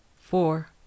four